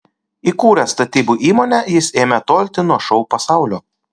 įkūręs statybų įmonę jis ėmė tolti nuo šou pasaulio